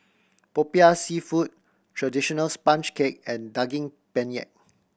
Popiah Seafood traditional sponge cake and Daging Penyet